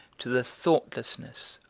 to the thoughtlessness,